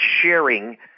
sharing